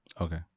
okay